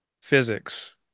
physics